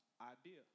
idea